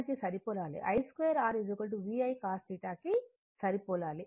2r V I cos 𝜽 కి సరిపోలాలి